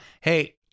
hey